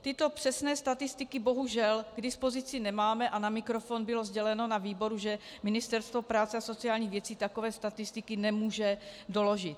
Tyto přesné statistiky bohužel k dispozici nemáme a na mikrofon bylo sděleno na výboru, že Ministerstvo práce a sociálních věcí takové statistiky nemůže doložit.